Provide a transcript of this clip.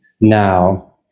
now